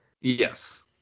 Yes